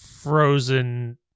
frozen